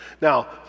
Now